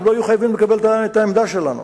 הם לא היו חייבים לקבל את העמדה שלנו,